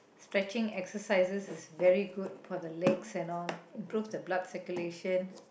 stretching exercises is very good for the legs and all improve the blood circulation